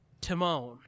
Timon